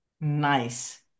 nice